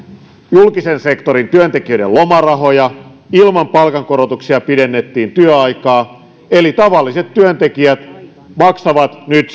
julkisen sektorin työntekijöiden lomarahoja ilman palkankorotuksia pidennettiin työaikaa eli tavalliset työntekijät maksavat nyt